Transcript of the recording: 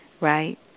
right